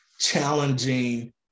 challenging